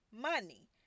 money